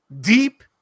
deep